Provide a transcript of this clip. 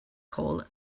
call